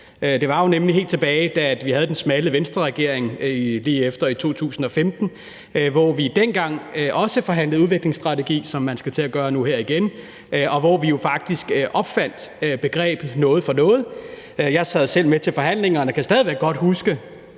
det som begreb. Helt tilbage dengang, da vi havde den smalle Venstreregering i 2015, hvor vi også forhandlede udviklingsstrategi, som man skal til at gøre nu her igen, opfandt vi faktisk begrebet noget for noget. Jeg sad selv med til forhandlingerne og kan stadig væk godt huske,